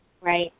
right